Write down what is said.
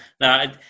Now